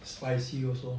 spicy also